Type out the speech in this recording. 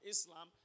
Islam